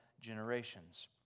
generations